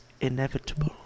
inevitable